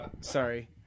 Sorry